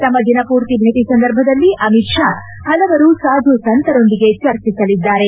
ತಮ್ಮ ದಿನಪೂರ್ತಿ ಭೇಟ ಸಂದರ್ಭದಲ್ಲಿ ಅಮಿತ್ ಶಾ ಹಲವರು ಸಾಧು ಸಂತರೊಂದಿಗೆ ಚರ್ಚಿಸಲಿದ್ದಾರೆ